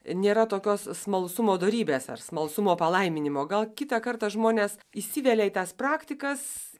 nėra tokios smalsumo dorybės ar smalsumo palaiminimo gal kitą kartą žmonės įsivelia į tas praktikas